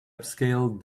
upscale